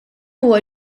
huwa